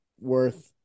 worth